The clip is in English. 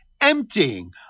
emptying